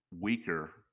weaker